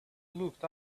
looked